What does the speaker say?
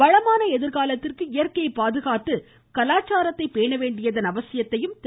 வளமான எதிர்காலத்திற்கு இயற்கையை பாதுகாத்து கலாச்சாரத்தை பேண வேண்டும் என்றும் திரு